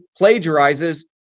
plagiarizes